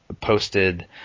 posted